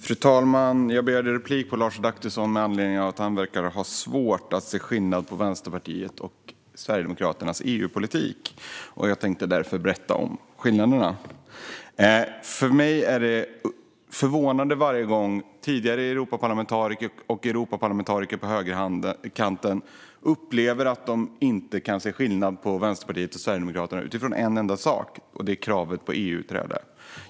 Fru talman! Jag begärde replik på Lars Adaktusson med anledning av att han verkar ha svårt att se skillnad på Vänsterpartiets och Sverigedemokraternas EU-politik. Jag tänkte därför berätta om skillnaderna. För mig är det förvånande varje gång tidigare Europaparlamentariker på högerkanten upplever att de inte kan se skillnad på Vänsterpartiet och Sverigedemokraterna utan ser till en enda sak. Det är kravet på EU-utträde.